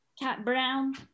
cat-brown